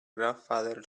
grandfather